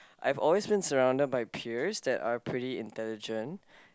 I always been surrounded by peers that are pretty intelligent